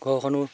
ঘৰখনো